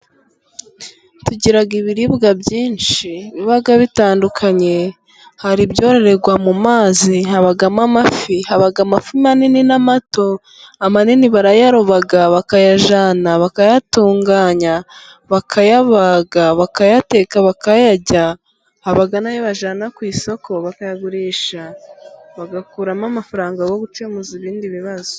Tugira ibiribwa byinshi biba bitandukanye hari ibyororerwa mu mazi, habamo amafi ,haba amafi manini n'amato, amanini barayaroba bakayajyana bakayatunganya bakayabaga bakayateka bakayarya , haba n'ayo bajyana ku isoko bakayagurisha bagakuramo amafaranga yo gukemuraza ibindi bibazo.